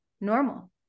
normal